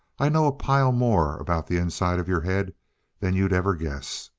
i know a pile more about the inside of your head than you'd ever guess!